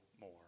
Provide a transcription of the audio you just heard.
more